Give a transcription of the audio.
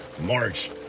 March